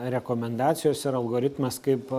rekomendacijos ir algoritmas kaip